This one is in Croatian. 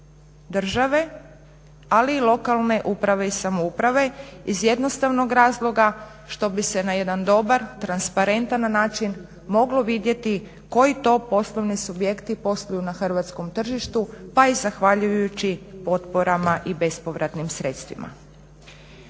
države ali i lokalne uprave i samouprave iz jednostavnog razloga što bi se na jedan dobar, transparentan način moglo vidjeti koji to poslovni subjekti posluju na hrvatskom tržištu pa i zahvaljujući potporama i bespovratnim sredstvima.